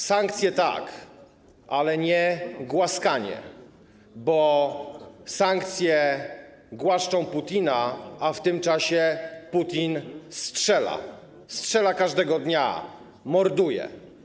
Sankcje - tak, ale nie głaskanie, bo sankcje głaszczą Putina, a w tym czasie Putin strzela, strzela każdego dnia, morduje.